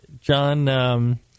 John